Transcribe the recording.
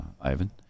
Ivan